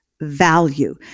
value